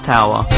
Tower